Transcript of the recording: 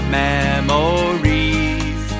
memories